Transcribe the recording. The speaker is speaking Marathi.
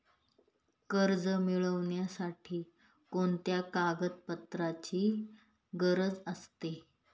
कर्ज मिळविण्यासाठी कोणत्या कागदपत्रांची गरज असते?